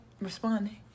responding